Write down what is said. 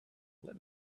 let